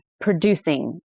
producing